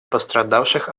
пострадавших